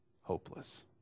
hopeless